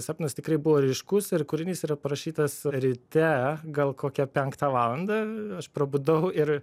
sapnas tikrai buvo ryškus ir kūrinys yra parašytas ryte gal kokią penktą valandą aš prabudau ir